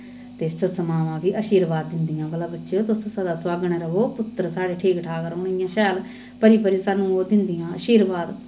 ते सस्स मामां बी अशीर्वाद दिंदियां भला बच्चेओ तुस सदा सोहागनां र'वो पुत्तर साढ़े ठीक ठाक रौह्न इ'यां शैल भरी भरी सानूं ओह् दिंदियां अशीर्वाद